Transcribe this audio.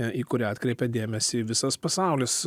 į kurią atkreipė dėmesį visas pasaulis